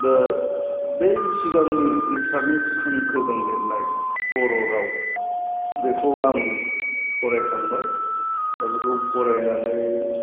दा बे सिगांनि एसामिस हांखोजों लिरनाय बर' राव बेखौ आं फरायखांबाय दा बेखौ फरायनानै